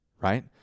Right